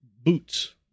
boots